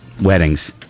Weddings